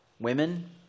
Women